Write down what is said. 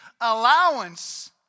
allowance